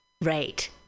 right